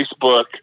Facebook